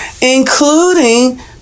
including